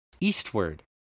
Eastward